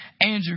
Andrew